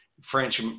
French